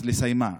אז לסיימה,